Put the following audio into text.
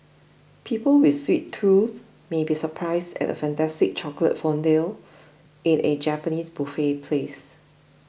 people with sweet tooth may be surprised at a fantastic chocolate fondue in a Japanese buffet place